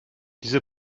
diese